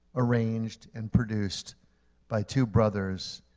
arranged and produced by two brothers,